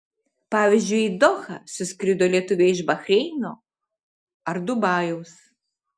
pavyzdžiui į dohą suskrido lietuviai iš bahreino ar dubajaus